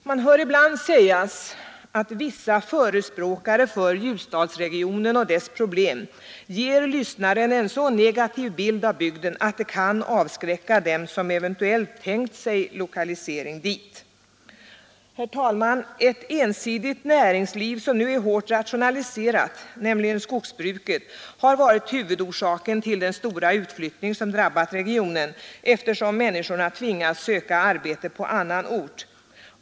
Man hör ibland sägas att vissa förespråkare för Ljusdalsregionen och dess problem ger lyssnaren en så negativ bild av bygden att det kan avskräcka dem som eventuellt tänkt sig lokalisering dit. Herr talman! Ett ensidigt näringsliv som nu är hårt rationaliserat, nämligen skogsbruket, har varit huvudorsaken till den stora utflyttning som drabbat regionen, eftersom människorna tvingats söka arbete på annan ort.